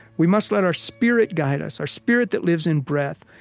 we must let our spirit guide us, our spirit that lives in breath.